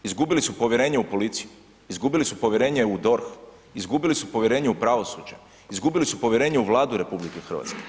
Izgubili su povjerenje u policiju, izgubili su povjerenje u DORH, izgubili su povjerenje u pravosuđe, izgubili su povjerenje u Vladu RH.